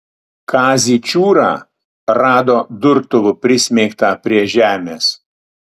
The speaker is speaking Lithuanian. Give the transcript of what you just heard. kazį čiūrą rado durtuvu prismeigtą prie žemės